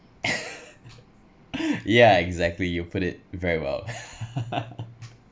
yeah exactly you put it very well